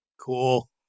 Cool